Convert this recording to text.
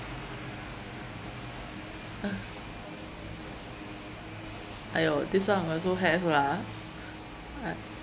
uh !aiyo! this one also have lah